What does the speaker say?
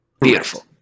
beautiful